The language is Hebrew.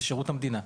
לשירות המדינה.